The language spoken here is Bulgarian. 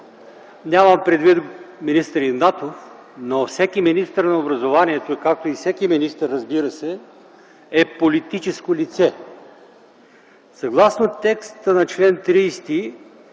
Нямам предвид министър Игнатов, но всеки министър на образованието, както и всеки министър, разбира се, е политическо лице. Съгласно текста на чл. 30